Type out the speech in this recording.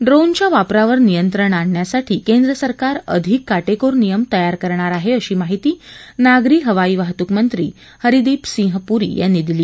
ड्रोनच्या वापरावर नियंत्रण आणण्यासाठी केंद्रसरकार अधिक काटेकोर नियम तयार करणार आहे अशी माहिती नागरी हवाई वाहतूक मंत्री हरदीपसिंह पुरी यांनी दिली